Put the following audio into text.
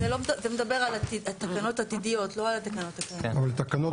זה מדבר על תקנות עתידיות, לא על התקנות הקיימות.